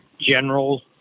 general